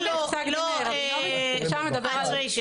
עצרי.